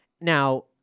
Now